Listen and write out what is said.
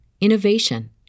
innovation